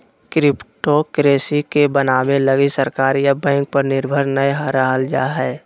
cryptocurrency के बनाबे लगी सरकार या बैंक पर निर्भर नय रहल जा हइ